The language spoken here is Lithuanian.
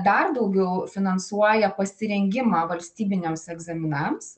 dar daugiau finansuoja pasirengimą valstybiniams egzaminams